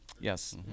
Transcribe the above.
Yes